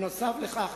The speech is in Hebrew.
נוסף על כך,